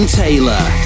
taylor